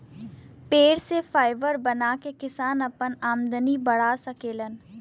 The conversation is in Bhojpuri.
पेड़ से फाइबर बना के किसान आपन आमदनी बढ़ा सकेलन